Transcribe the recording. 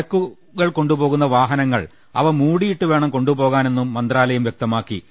ചരക്കുകൾ കൊണ്ടുപോകുന്ന വാഹനങ്ങൾ അവ മൂടിയിട്ടു വേണം കൊണ്ടുപോകാനെന്നും മന്ത്രാലയം വ്യക്തമാക്കി